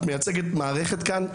את מייצגת מערכת כאן,